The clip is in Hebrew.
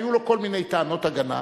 היו לו כל מיני טענות הגנה.